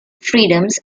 freedoms